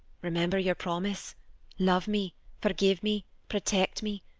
remember your promise love me, forgive me, protect me,